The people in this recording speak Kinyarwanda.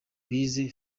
bize